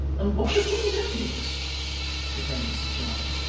and what a thing that is returned mrs jarley.